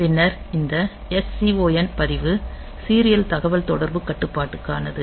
பின்னர் இந்த SCON பதிவு சீரியல் தகவல்தொடர்பு கட்டுப்பாட்டுக்கானது